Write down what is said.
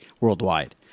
worldwide